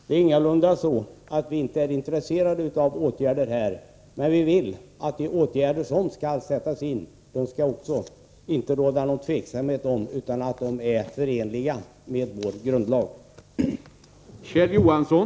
Det är ingalunda så att vi inte är intresserade av åtgärder på det här området, men vi vill att det inte skall råda någon tveksamhet om att de åtgärder som sätts in är förenliga med grundlagen.